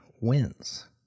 wins